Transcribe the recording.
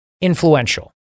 influential